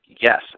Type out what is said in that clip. yes